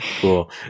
Cool